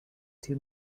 two